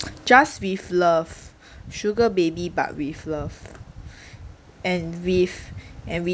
just with love sugar baby but with love and with and